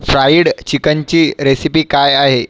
fried चिकनची recipe काय आहे